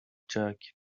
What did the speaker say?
jerk